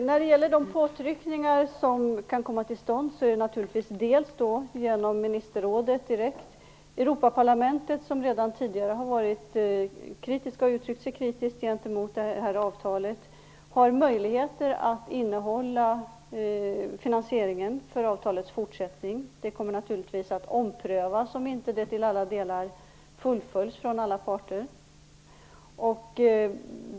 Fru talman! Påtryckningar kan komma till stånd genom exempelvis ministerrådet; Europaparlamentet, som redan tidigare varit kritiskt och uttryckt sig kritiskt mot avtalet, har möjlighet att innehålla finansieringen för avtalets fortsättning. Det kommer naturligtvis att omprövas om det inte till alla delar fullföljs från alla parter.